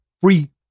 Free